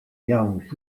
yaouank